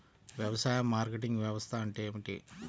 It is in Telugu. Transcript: వ్యవసాయ మార్కెటింగ్ వ్యవస్థ అంటే ఏమిటి?